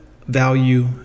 value